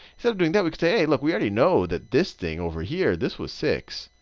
instead of doing that, we could say, hey look, we already know that this thing over here, this was six.